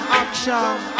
action